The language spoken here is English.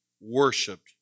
worshipped